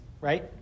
right